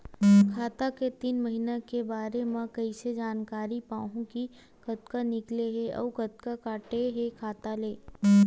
खाता के तीन महिना के बारे मा कइसे जानकारी पाहूं कि कतका निकले हे अउ कतका काटे हे खाता ले?